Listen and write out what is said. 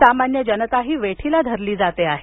सामान्य जनताही वेठीला धरली जाते आहे